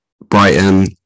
Brighton